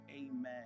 amen